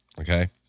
okay